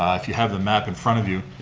ah if you have the map in front of you,